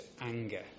anger